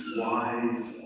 wise